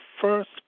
first